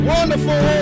Wonderful